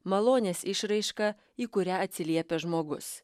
malonės išraiška į kurią atsiliepia žmogus